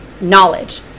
knowledge